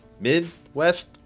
Midwest